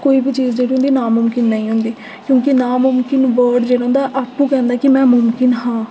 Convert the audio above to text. कोई बी चीज जेह्ड़ी होंदी नामुमकिन नेईं होंदी क्योंकि नामुमकिन वर्ड जेह्ड़ा होंदा आपूं कैंह्दा कि में मुमकिन आं